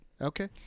Okay